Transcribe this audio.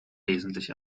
wesentlich